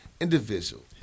individual